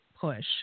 push